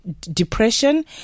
depression